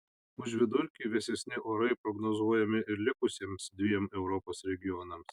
už vidurkį vėsesni orai prognozuojami ir likusiems dviem europos regionams